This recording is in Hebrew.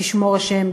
תשמור השם,